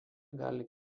gali